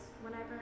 whenever